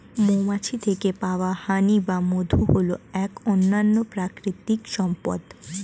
মৌমাছির থেকে পাওয়া হানি বা মধু হল এক অনন্য প্রাকৃতিক সম্পদ